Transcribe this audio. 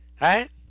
right